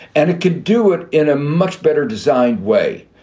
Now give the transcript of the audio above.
and it could do it in a much better designed way.